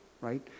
right